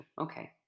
Okay